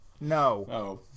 No